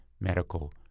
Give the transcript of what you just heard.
medical